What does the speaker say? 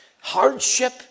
hardship